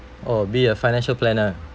oh be a financial planner